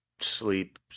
sleep